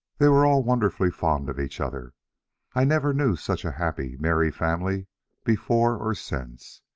they were all wonderfully fond of each other i never knew such a happy, merry family before or since.